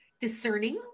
discerning